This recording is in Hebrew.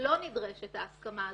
שלא נדרשת ההסכמה הזאת.